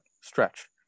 stretch